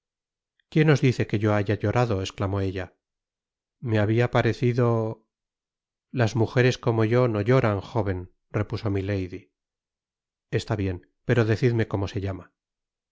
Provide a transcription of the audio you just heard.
quién os dice que yo haya llorado esclamó ella me habia parecido las mujeres como yo no lloran jóven repuso milady está bien pero decidme como se llama